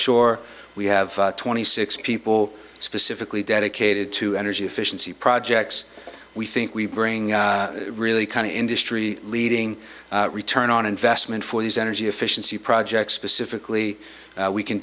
shore we have twenty six people specifically dedicated to energy efficiency projects we think we bring really kind of industry leading return on investment for these energy efficiency projects specifically we can